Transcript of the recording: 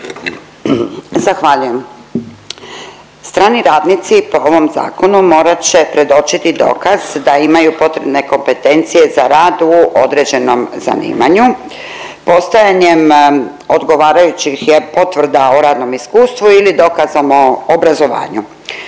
Zahvaljujem. Strani radnici po ovom zakonu morat će predočiti dokaz da imaju potrebne kompetencije za rad u određenom zanimanju, postojanjem odgovarajućih potvrda o radnom iskustvu ili dokazom o obrazovanju,